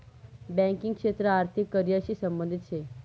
banking क्षेत्र आर्थिक career शी संबंधित शे